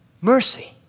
mercy